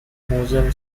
moser